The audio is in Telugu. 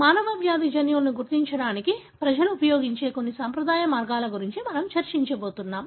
మానవ వ్యాధి జన్యువులను గుర్తించడానికి ప్రజలు ఉపయోగించే కొన్ని సంప్రదాయ మార్గాల గురించి మనం చర్చించబోతున్నాం